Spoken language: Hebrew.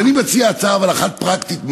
ואני מציע הצעה אחת, פרקטית מאוד: